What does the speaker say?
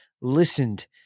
listened